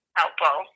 helpful